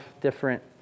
different